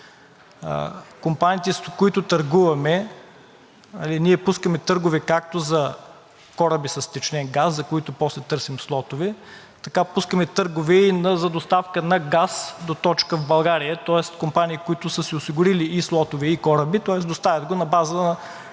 Компаниите, с които търгуваме – ние пускаме търгове както за кораби с втечнен газ, за които после търсим слотове, така пускаме търгове и за доставка на газ до точка в България, тоест компании, които са си осигурили и слотове, и кораби, тоест доставят го на база,